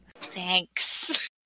Thanks